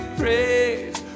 praise